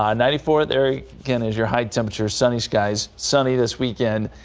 um ninety four their e can is your high temperature sunny skies, sunny this weekend.